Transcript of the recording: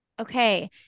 Okay